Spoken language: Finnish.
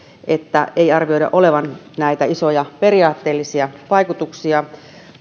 että ei arvioida olevan näitä isoja periaatteellisia vaikutuksia